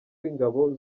w’ingabo